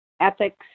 ethics